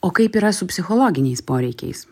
o kaip yra su psichologiniais poreikiais